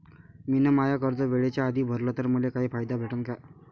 मिन माय कर्ज वेळेच्या आधी भरल तर मले काही फायदा भेटन का?